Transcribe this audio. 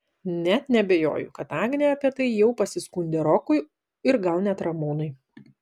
net neabejoju kad agnė apie tai jau pasiskundė rokui ir gal net ramūnui